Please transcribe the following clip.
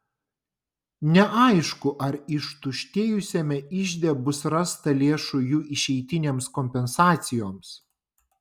neaišku ar ištuštėjusiame ižde bus rasta lėšų jų išeitinėms kompensacijoms